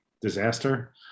disaster